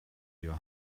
your